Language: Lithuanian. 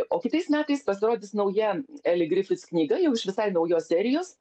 o kitais metais pasirodys nauja eli grifits knyga jau iš visai naujos serijos